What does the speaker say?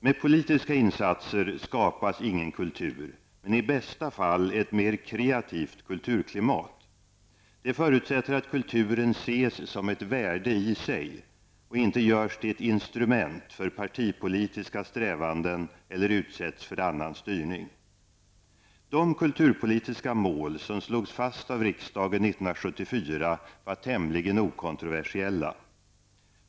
Med politiska insatser skapas ingen kultur men i bästa fall ett mer kreativt kulturklimat. Det förutsätter att kulturen ses som ett värde i sig och inte görs till ett instrument för partipolitiska strävanden eller utsätts för annan styrning. 1974 var tämligen okontroversiella.